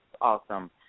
awesome